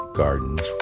gardens